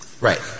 Right